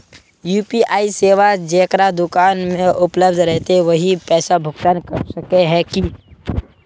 UPI सेवाएं जेकरा दुकान में उपलब्ध रहते वही पैसा भुगतान कर सके है की?